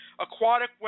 Aquatic